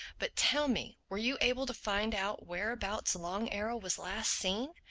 but tell me, were you able to find out whereabouts long arrow was last seen?